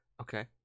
Okay